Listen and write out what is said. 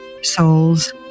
souls